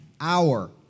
hour